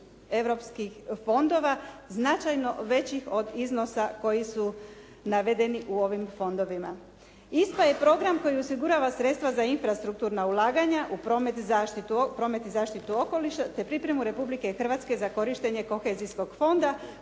europskih fondova značajno većih od iznosa koji su navedeni u ovim fondovima. ISPA je program koji osigurava sredstva za infrastrukturna ulaganja u promet i zaštitu okoliša te pripremu Republike Hrvatske za korištenje kohezijskog fonda.